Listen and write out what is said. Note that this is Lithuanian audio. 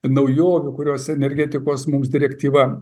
naujovių kurios energetikos mums direktyva